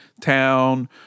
town